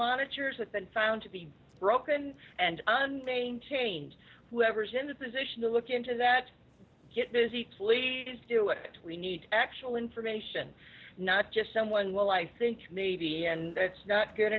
monitors that been found to be broken and maintains whoever's in the position to look into that get busy pleading to do it we need actual information not just someone well i think maybe and that's not good